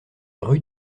rue